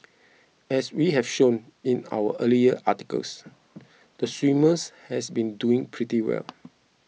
as we have shown in our earlier articles the swimmers has been doing pretty well